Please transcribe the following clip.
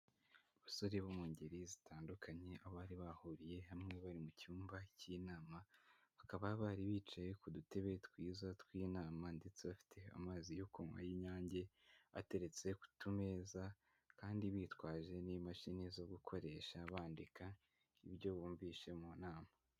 Abasore bo mu ngeri zitandukanye, aho bari bahuriye hamwe bari mu cyumba cy'inama, bakaba bari bicaye ku dutebe twiza tw'inama ndetse bafite amazi yo kunywa y'Inyange bateretse kutu meza, kandi bitwaje n'imashini zo gukoresha bandika ibyo bumvishe mu nama.